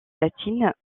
latine